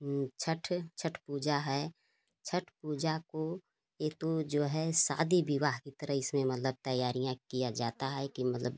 वह छत्त छत्त पूजा है छत्त पूजा को एक तो जो है शादी विवाह की तरह इसमें मतलब तैयारियाँ किया जाता है कि मतलब